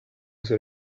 ser